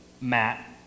Matt